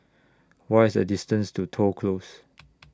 What IS The distance to Toh Close